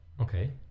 Okay